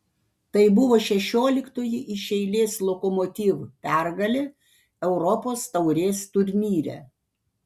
tai buvo šešioliktoji iš eilės lokomotiv pergalė europos taurės turnyre